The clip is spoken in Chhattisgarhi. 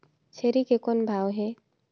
छेरी के कौन भाव हे?